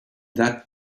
that